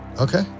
Okay